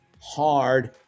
hard